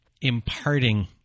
imparting